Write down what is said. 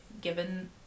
given